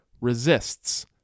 resists